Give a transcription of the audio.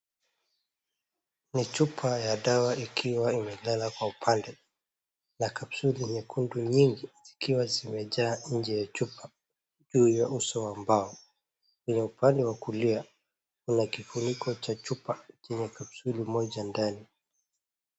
Ni chupa ya dawa ikiwa imelala kwa upande. Na kapsuli nyekundu nyingi ikiwa zimejaa nje ya chupa juu ya uso wa mbao. Kwenye upande wa kulia kuna kifuniko cha chupa chenye kapsuli moja ndani.